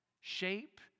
shape